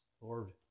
Lord